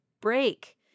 break